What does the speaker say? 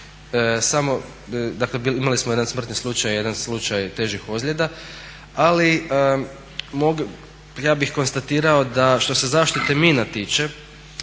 imali smo jedan smrtni slučaj, jedan slučaj težih ozljeda, ali ja bih konstatirao što se zaštite mina tiče